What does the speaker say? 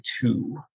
two